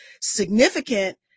significant